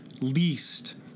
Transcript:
least